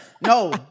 No